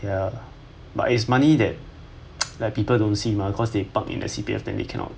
ya but it's money that like people don't see mah cause they park in the C_P_F then they cannot